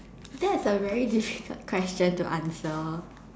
that's a very difficult question to answer